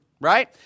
right